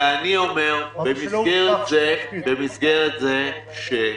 ואני אומר במסגרת זאת שעם